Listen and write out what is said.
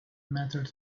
mattered